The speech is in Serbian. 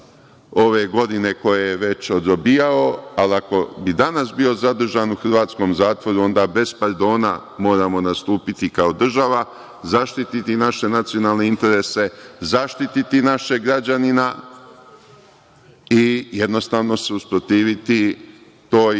ove godine koje je već odrobijao, ali ako bi danas bio zadržan u hrvatskom zatvoru, onda bez pardona moramo nastupiti kao država zaštiti naše nacionalne interese, zaštiti našeg građanina i jednostavno se usprotiviti toj